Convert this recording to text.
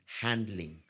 handling